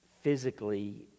physically